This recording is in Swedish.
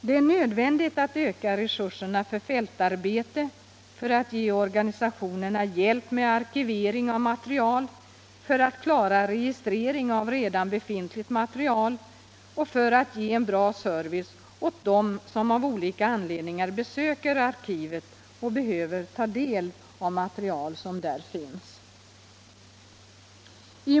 Det är nödvändigt att öka resurserna för fältarbete, för att ge organisationerna hjälp med arkivering av material, för att klara registrering av redan befintligt material och för att ge en bra service åt dem som av olika anledningar besöker arkivet och behöver ta del av material som finns där.